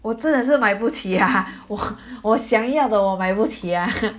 我真的是买不起呀 我 我想要的我买不起呀